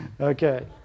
Okay